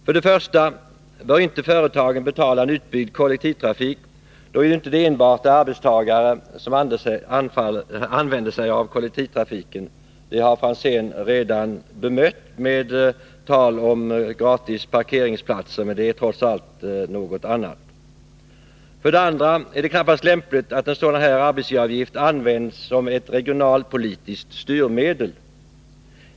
För det första bör inte företagen betala en utbyggd kollektivtrafik, då det juinte enbart är arbetstagare som använder sig av kollektivtrafiken. Det har herr Franzén redan bemött med tal om gratis parkeringsplatser, men det är trots allt någonting annat. För det andra är det knappast lämpligt att en sådan här arbetsgivaravgift används som ett regionalpolitiskt styrmedel.